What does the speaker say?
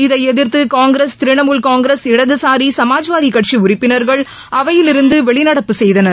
இதை எதிர்த்து காங்கிரஸ் திரிணாமூல் காங்கிரஸ் இடதுசாரி சமாஜ்வாதிக் கட்சி உறுப்பினர்கள் அவையிலிருந்து வெளிநடப்பு செய்தனர்